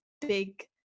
big